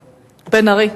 בן-ארי.